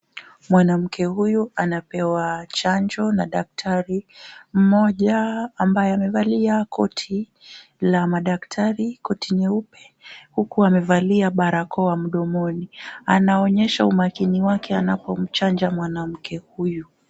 Mwanamke huyu anapewa chanjo na daktari mmoja ambaye amevalia koti la madaktari, koti nyeupe huku amevalia barakoa mdomoni. Anaonyesha umakini wake anapo mchanja mwanamke huyu.